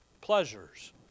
Pleasures